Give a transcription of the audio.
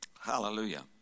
Hallelujah